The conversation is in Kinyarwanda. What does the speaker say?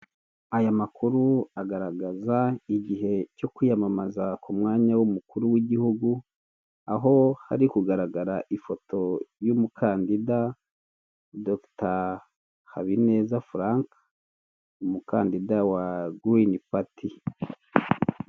Aya makuru agaragaza igihe cyo kwiyamamaza ku mwanya w'umukuru w'igihugu, aho hari kugaragara ifoto y'umukandida dogita Habineza Furanke, umukandida wa girini pati.